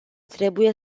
trebuie